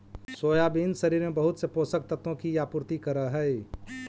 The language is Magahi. सोयाबीन शरीर में बहुत से पोषक तत्वों की आपूर्ति करअ हई